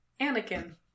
Anakin